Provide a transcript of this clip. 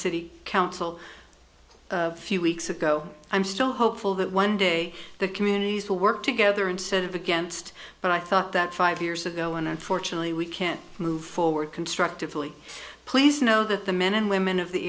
city council few weeks ago i'm still hopeful that one day the communities will work together instead of against but i thought that five years ago unfortunately we can't move forward constructively please know that the men and women of the